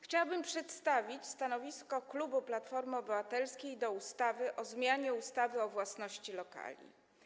Chciałabym przedstawić stanowisko klubu Platformy Obywatelskiej w sprawie ustawy o zmianie ustawy o własności lokali.